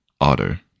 Otter